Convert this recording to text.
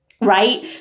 right